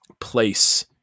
place